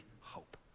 hope